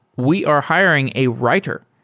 we are hiring a writer.